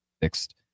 fixed